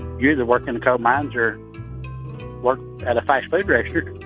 used to work in coal mines or work at a fast food reactor